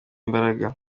imbaraga